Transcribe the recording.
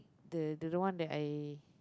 the the one that I